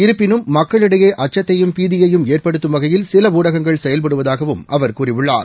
இருப்பினும் மக்களிடையே அச்சத்தையும் பீதியையும் ஏற்டுத்தும் வகையில் சில ஊடகங்கள் செயல்படுவதாகவும் அவர் கூறியுள்ளார்